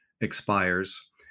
expires